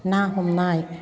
ना हमनाय